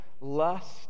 lust